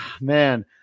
man